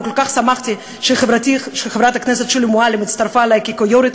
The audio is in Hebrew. וכל כך שמחתי שחברתי חברת הכנסת שולי מועלם הצטרפה אלי כיו"רית: